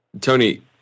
Tony